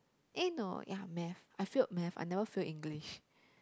eh no ya math I failed math I never failed English